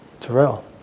Terrell